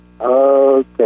Okay